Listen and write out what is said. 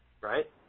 Right